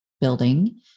building